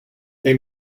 they